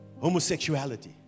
Homosexuality